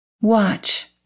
Watch